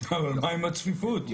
אבל מה עם הצפיפות?